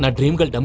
and dream girl.